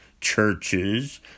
churches